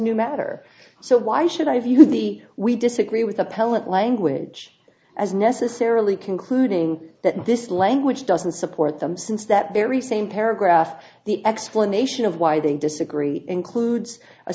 new matter so why should i view the we disagree with appellant language as necessarily concluding that this language doesn't support them since that very same paragraph the explanation of why they disagree includes a